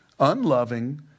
Unloving